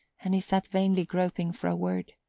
and he sat vainly groping for a word.